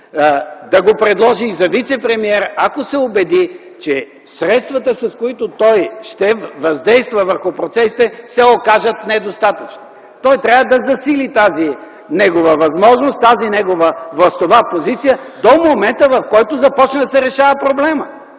този министър и за вицепремиер, ако се убеди, че средствата, с които той ще въздейства върху процесите, се окажат недостатъчни. Той трябва да засили тази негова възможност и властова позиция до момента, в който започне да се решава проблемът.